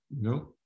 No